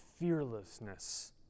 fearlessness